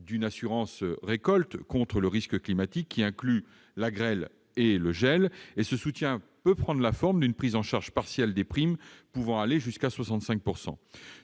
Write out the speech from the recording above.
d'une assurance récolte contre les risques climatiques, incluant la grêle ou le gel. Ce soutien prend la forme d'une prise en charge partielle des primes, pouvant aller jusqu'à 65 %.